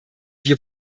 wir